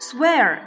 Swear